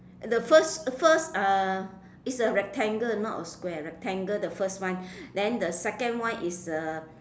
the first first uh is a rectangle not a square rectangle the first one then the second one is a